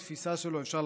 אפשר לחלוק עליה,